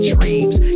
Dreams